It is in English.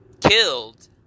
Killed